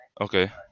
Okay